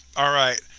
alright.